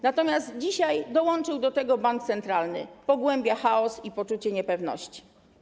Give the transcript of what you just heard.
Natomiast dzisiaj dołączył do tego bank centralny - pogłębia chaos i poczucie niepewności.